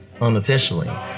unofficially